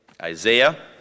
Isaiah